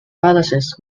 palaces